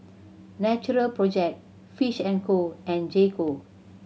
Natural Project Fish and Co and J Co